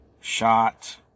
shot